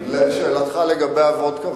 לשאלתך לגבי הוודקה,